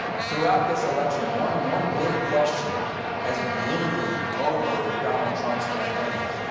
and throughout this election, one one big question has been looming over donald trump's campaign